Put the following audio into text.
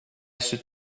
should